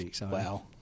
wow